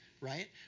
right